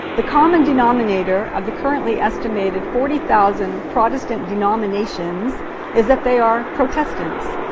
the common denominator of the currently estimated forty thousand protestant denominations is that they are protestants,